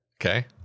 Okay